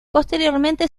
posteriormente